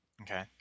Okay